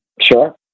Sure